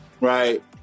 right